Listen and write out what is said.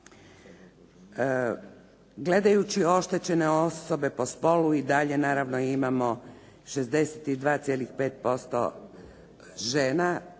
Gledajući oštećene osobe po spolu i dalje naravno imamo 62,5% žena